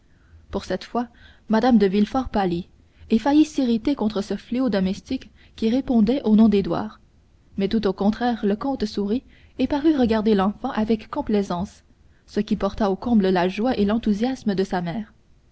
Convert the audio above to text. pour cette fois mme de villefort pâlit et faillit s'irriter contre ce fléau domestique qui répondait au nom d'édouard mais tout au contraire le comte sourit et parut regarder l'enfant avec complaisance ce qui porta au comble la joie et l'enthousiasme de sa mère